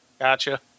Gotcha